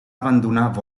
abandonar